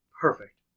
Perfect